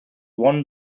one